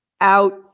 out